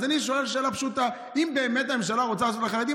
אז אני שואל שאלה פשוטה: אם באמת הממשלה רוצה לעשות לחרדים,